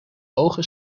ogen